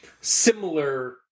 similar